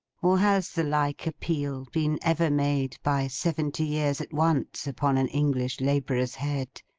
or has the like appeal been ever made, by seventy years at once upon an english labourer's head,